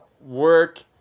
work